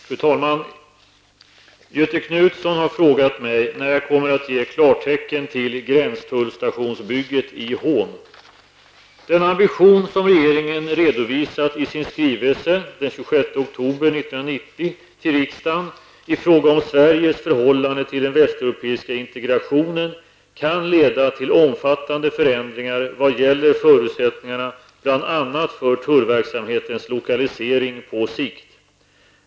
Fru talman! Göthe Knutson har frågat mig när jag kommer att ge klartecken till gränstullstationsbygget i Hån. Den ambition som regeringen redovisat i sin skrivelse 1990/91:50 den 26 oktober 1990 till riksdagen i fråga om Sveriges förhållande till den västeuropeiska integrationen kan leda till omfattande förändringar vad gäller förutsättningarna bl.a. för tullverksamhetens lokalisering på sikt.